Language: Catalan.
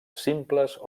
simples